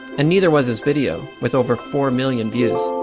and neither was his video, with over four million views.